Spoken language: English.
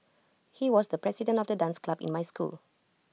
he was the president of the dance club in my school